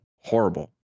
horrible